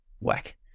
whack